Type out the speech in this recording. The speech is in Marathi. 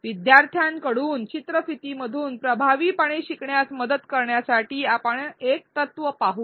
विद्यार्थ्यांकडून चित्रफितीमधून प्रभावीपणे शिकण्यास मदत करण्यासाठी आपण एक तत्त्व पाहूया